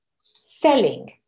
Selling